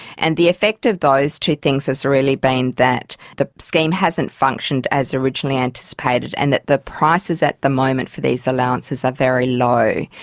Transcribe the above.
and the effect of those two things has really been that the scheme hasn't functioned as originally anticipated and that the prices at the moment for these allowances are very low,